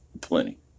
plenty